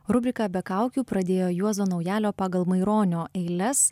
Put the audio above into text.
rubriką be kaukių pradėjo juozo naujalio pagal maironio eiles